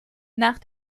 nach